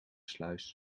sluis